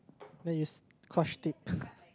then you use scotch tape